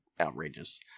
outrageous